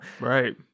Right